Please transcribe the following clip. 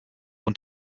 und